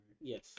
Yes